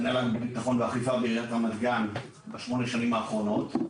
מנהל ביטחון ואכיפה בעיריית רמת גן בשמונה השנים האחרונות.